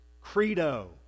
credo